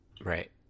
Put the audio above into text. Right